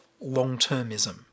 long-termism